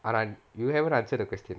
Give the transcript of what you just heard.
karan you haven't answer the question